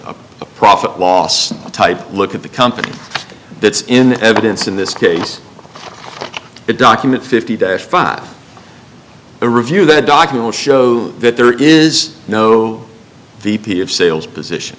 profit loss type look at the company that's in evidence in this case the document fifty five a review the documents show that there is no v p of sales position